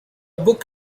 book